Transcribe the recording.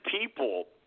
people –